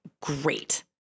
great